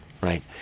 Right